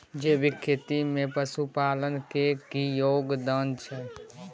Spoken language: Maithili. जैविक खेती में पशुपालन के की योगदान छै?